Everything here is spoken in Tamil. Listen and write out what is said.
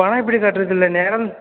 பணம் எப்படி கட்டுறதுல நேரம்